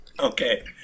Okay